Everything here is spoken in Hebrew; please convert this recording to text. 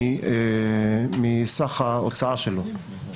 מסך ההוצאה שלו.